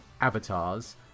avatars